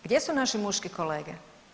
Gdje su naši muški kolege?